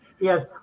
Yes